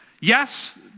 Yes